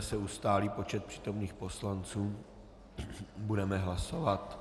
Jakmile se ustálí počet přítomných poslanců, budeme hlasovat.